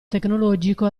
tecnologico